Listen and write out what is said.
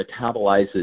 metabolizes